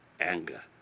anger